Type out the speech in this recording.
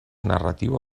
narratiu